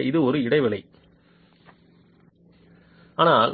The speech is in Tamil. எனவே இது ஒரு இடைவெளி இதுவும் ஆனால்